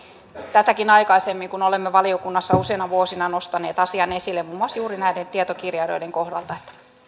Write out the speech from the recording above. tätäkin aikaisemmin kun olemme valiokunnassa useina vuosina nostaneet asian esille muun muassa juuri näiden tietokirjailijoiden kohdalta